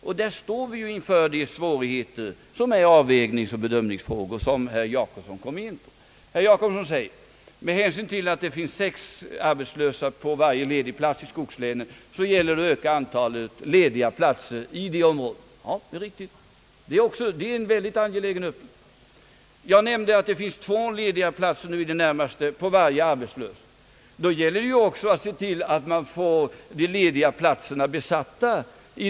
Och därvidlag står vi ju inför de svårigheter som är Herr Jacobsson säger att det finns sex arbetslösa på varje ledig plats i skogslänen och att det därför gäller att öka antalet lediga platser i det området. Det är riktigt. Det är en mycket angelägen uppgift. Jag nämnde att det nu i storstadslänen finns i det närmaste två lediga platser på varje arbetslös. Och i dessa områden gäller det alltså att se till att få de lediga platserna besatta.